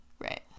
Right